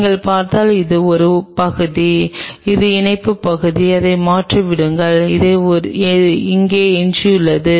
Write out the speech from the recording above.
நீங்கள் பார்த்தால் இது ஒரே ஒரு பகுதி இது இணைப்பு பகுதி அதை மறந்துவிடுங்கள் இது அங்கு எஞ்சியுள்ளது